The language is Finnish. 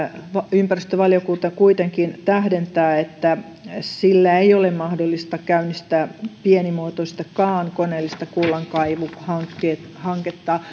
ympäristövaliokunta kuitenkin tähdentää että sillä ei ole mahdollista käynnistää pienimuotoistakaan koneellista kullankaivuuhanketta